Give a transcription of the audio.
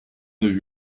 œil